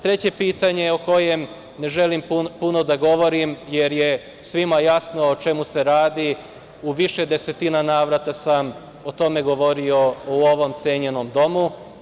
Treće pitanje, o kojem ne želim puno da govorim jer je svima jasno o čemu se radi, u više desetina navrata sam o tome govorio u ovom cenjenom domu.